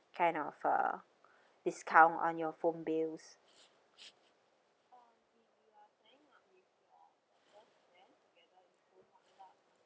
kind of a discount on your phone bills